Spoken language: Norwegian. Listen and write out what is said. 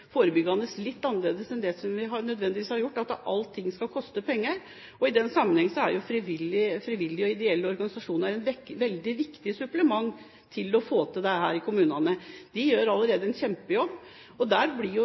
forebyggende, litt annerledes enn vi hittil har gjort – at alt skal koste penger. I den sammenheng er frivillige og ideelle organisasjoner et veldig viktig supplement for å få til dette i kommunene. Det gjør allerede en kjempejobb. Der blir jo